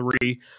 three